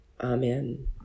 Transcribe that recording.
Amen